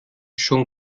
schon